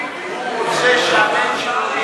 אם הוא רוצה שהבן שלו,